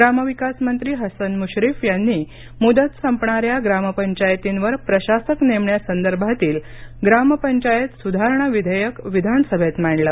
ग्रामविकास मंत्री हसन मुश्रीफ यांनी मुदत संपणाऱ्या ग्रामपंचायतींवर प्रशासक नेमण्या संदर्भातील ग्रामपंचायत सुधारणा विधेयक विधानसभेत मांडलं